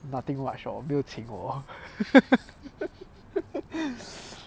nothing much lor 没有请我